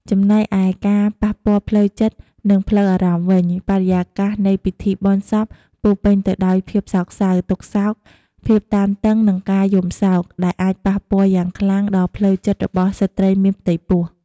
ចំណែកឯការប៉ះពាល់ផ្លូវចិត្ត និងផ្លូវអារម្មណ៍វិញ បរិយាកាសនៃពិធីបុណ្យសពពោរពេញទៅដោយភាពសោកសៅ ទុក្ខសោក ភាពតានតឹង និងការយំសោក ដែលអាចប៉ះពាល់យ៉ាងខ្លាំងដល់ផ្លូវចិត្តរបស់ស្ត្រីមានផ្ទៃពោះ។